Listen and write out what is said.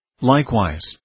Likewise